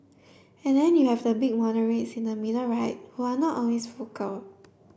and then you have the big moderates in the middle right who are not always vocal